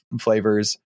flavors